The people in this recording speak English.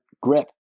grip